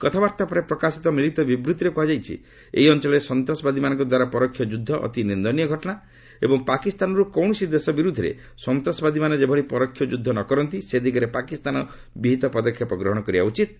କଥାବାର୍ତ୍ତା ପରେ ପ୍ରକାଶିତ ମିଳିତ ବିବୃତ୍ତିରେ କୁହାଯାଇଛି ଯେ ଏହି ଅଞ୍ଚଳରେ ସନ୍ତାସବାଦୀମାନଙ୍କ ଦ୍ୱାରା ପରୋକ୍ଷ ଯୁଦ୍ଧ ଅତି ନିନ୍ଦନୀୟ ଘଟଣା ଏବଂ ପାକିସ୍ତାନରୁ କୌଣସି ଦେଶ ବିରୁଦ୍ଧରେ ସନ୍ତାସବାଦୀମାନେ ଯେଭଳି ପରୋକ୍ଷ ଯୁଦ୍ଧ ନକରନ୍ତି ସେ ଦିଗରେ ପାକିସ୍ତାନ ବିହିତ ପଦକ୍ଷେପ ଗ୍ରହଣ କରିବା ଉଚିତ୍